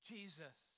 Jesus